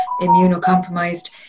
immunocompromised